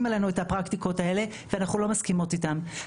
עלינו את הפרקטיקות האלה ואנחנו לא מסכימות איתן.